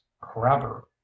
crabber